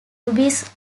rubies